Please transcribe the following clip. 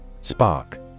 Spark